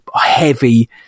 heavy